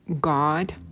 God